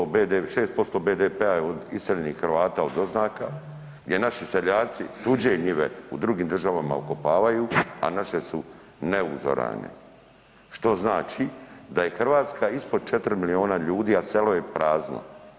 6% BDP-a je od iseljenih Hrvata od doznaka gdje naši seljaci tuđe njive u drugim državama okopavaju, a naše su ne uzorane, što znači da je Hrvatska ispod 4 milijuna ljudi, a selo je prazno.